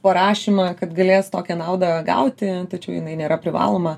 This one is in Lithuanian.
parašymą kad galės tokią naudą gauti tačiau jinai nėra privaloma